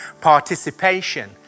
participation